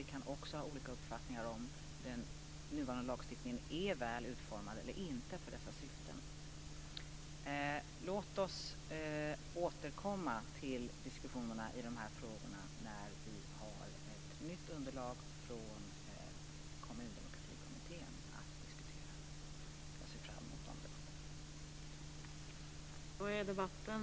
Vi kan också ha olika uppfattningar om ifall den nuvarande lagstiftningen är väl utformad eller inte för dessa syften.